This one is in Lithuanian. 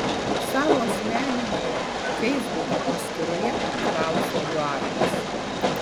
savo asmeninėje feisbuko paskyroje klausia eduardas